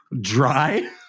dry